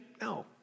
No